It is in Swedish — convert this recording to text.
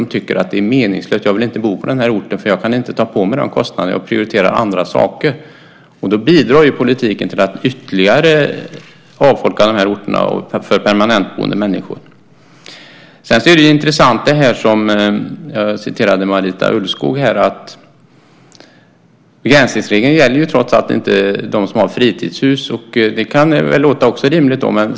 De tycker att det är meningslöst att stå där eftersom de inte vill bo på denna ort på grund av att de inte kan ta på sig dessa kostnader utan prioriterar andra saker. Då bidrar politiken till en ytterligare avfolkning av permanentboende människor på dessa orter. Det som jag citerade från Marita Ulvskog är intressant. Begränsningsregeln gäller trots allt inte de som har fritidshus. Och det kan låta rimligt.